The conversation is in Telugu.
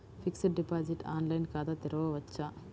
ఫిక్సడ్ డిపాజిట్ ఆన్లైన్ ఖాతా తెరువవచ్చా?